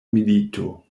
milito